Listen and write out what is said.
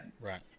right